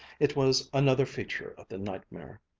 it was another feature of the nightmare.